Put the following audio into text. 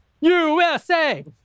USA